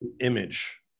image